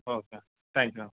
okay thank you